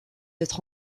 être